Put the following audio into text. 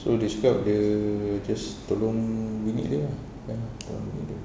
so dia cakap dia just tolong bini dia lah ya lah kan tolong bini dia